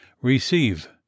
receive